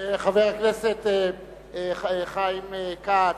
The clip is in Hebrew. חבר הכנסת חיים כץ,